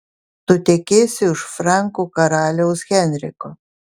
tu tekėsi už frankų karaliaus henriko